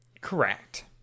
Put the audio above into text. Correct